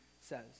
says